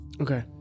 Okay